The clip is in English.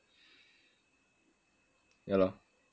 yah lor